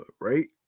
right